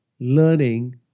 Learning